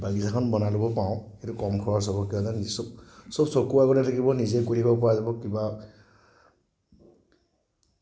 বাগিচাখন বনাই ল'ব পাৰোঁ সেইটো কম খৰচ হ'ব কিয়নো নিজৰ চব চকুৰ আগতে থাকিব নিজে কৰি থাকিব পৰা যাব কিবা